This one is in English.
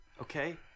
okay